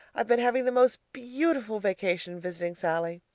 i've been having the most beautiful vacation visiting sallie.